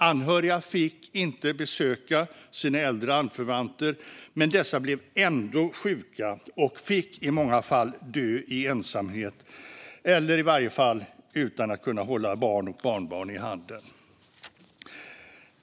Anhöriga fick inte besöka sina äldre anförvanter, men dessa blev ändå sjuka och fick i många fall dö i ensamhet eller i varje fall utan att kunna hålla barn och barnbarn i handen.